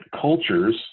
cultures